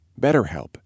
BetterHelp